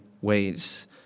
ways